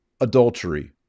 Adultery